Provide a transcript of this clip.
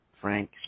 Frank